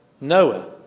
Noah